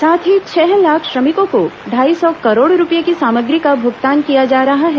साथ ही छह लाख श्रमिकों को ढाई सौ करोड रूपए की सामग्री का भुगतान किया जा रहा है